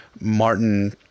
Martin